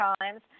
times